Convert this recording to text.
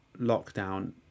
lockdown